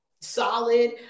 solid